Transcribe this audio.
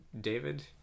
david